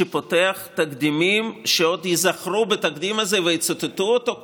שפותח תקדימים שעוד ייזכרו בתקדים הזה ויצטטו אותו,